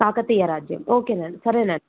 కాకతీయ రాజ్యం ఓకే అండి సరే అండి